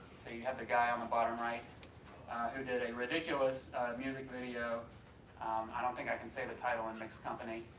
you have the guy on the bottom right who did a ridiculous music video, um i don't think i can say the title in mixed company,